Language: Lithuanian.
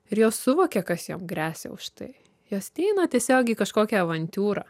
ir jos suvokia kas jom gresia už tai jos ateina tiesiog į kažkokią avantiūrą